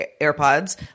AirPods